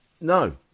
No